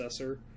processor